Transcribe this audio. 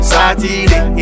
Saturday